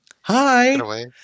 Hi